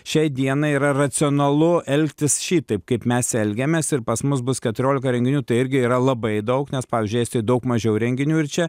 šiai dienai yra racionalu elgtis šitaip kaip mes elgiamės ir pas mus bus keturiolika renginių tai irgi yra labai daug nes pavyzdžiui estijoj daug mažiau renginių ir čia